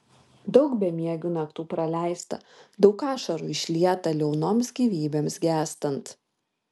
daug bemiegių naktų praleista daug ašarų išlieta liaunoms gyvybėms gęstant